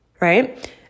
right